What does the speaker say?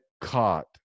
caught